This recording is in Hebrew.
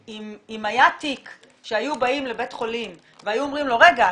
אם היה תיק שהיו באים לבית חולים והיו אומרים לו: "רגע,